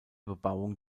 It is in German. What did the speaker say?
bebauung